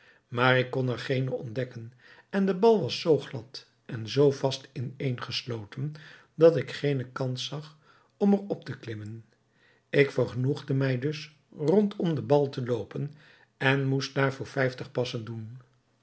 maar ik kon er geene ontdekken en de bal was zoo glad en zoo vast ineengesloten dat ik geene kans zag om er op te klimmen ik vergenoegde mij dus rondom den bal te loopen en moest daarvoor vijftig passen doen